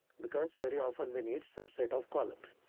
because very often we need subset of columns.